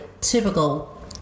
typical